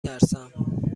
ترسم